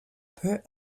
peut